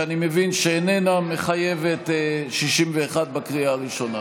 שאני מבין שאיננה מחייבת 61 בקריאה הראשונה.